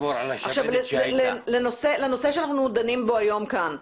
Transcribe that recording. עכשיו לנושא שאנחנו דנים בו היום כאן.